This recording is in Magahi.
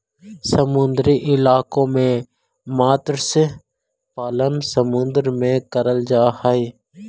समुद्री इलाकों में मत्स्य पालन समुद्र में करल जा हई